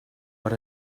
but